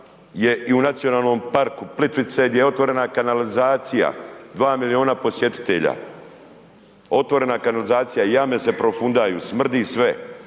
je i u NP Plitvice gdje je otvorena kanalizacija, 2 milijuna posjetitelja, otvorena kanalizacija, jame se profundaju, smrdi sve.